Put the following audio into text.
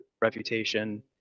reputation